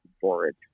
forage